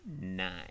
nine